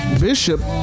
Bishop